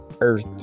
earth